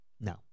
no